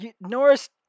Norris